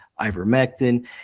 ivermectin